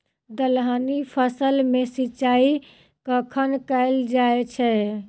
दलहनी फसल मे सिंचाई कखन कैल जाय छै?